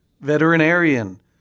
veterinarian